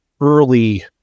early